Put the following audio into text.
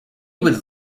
would